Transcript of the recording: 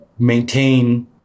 maintain